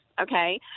okay